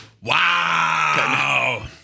Wow